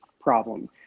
problem